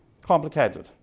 complicated